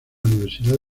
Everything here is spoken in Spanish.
universidad